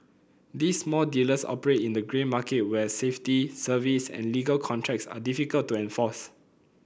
these small dealers operate in the grey market where safety service and legal contracts are difficult to enforce